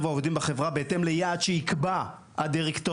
העובדים בחברה בהתאם ליעד שיקבע הדירקטוריון",